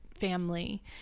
family